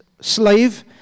slave